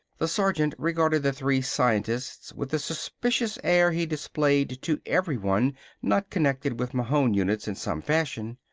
the sergeant regarded the three scientists with the suspicious air he displayed to everyone not connected with mahon units in some fashion.